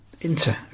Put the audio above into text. Inter